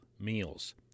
meals